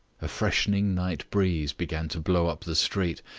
a freshening night breeze began to blow up the street,